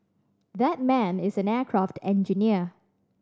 that man is an aircraft engineer